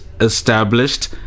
established